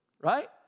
right